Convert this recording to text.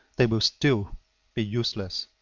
they will still be useless.